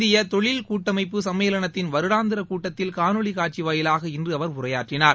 இந்திய தொழில் கூட்டமைப்பு சும்மேளனத்தின் வருடாந்திர கூட்டத்தில் காணொலி காட்சி வாயிலாக இன்று அவர் உரையாற்றினார்